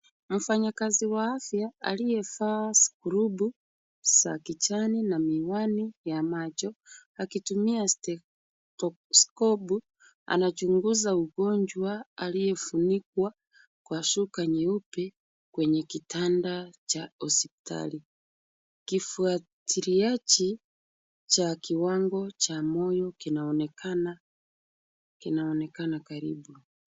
Mfanyakazi wa afya aliyevaa skrubu za kijani na miwani ya macho akitumia stethoskopu. Anachunguza mgonjwa aliyefunikwa kwa shuka nyeupe kwenye kitanda cha hospitali. Kifuatiliaji cha kiwango cha moyo kinaonekena, kinaonekana karibu.